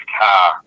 car